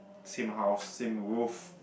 same house same roof